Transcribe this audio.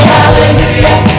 hallelujah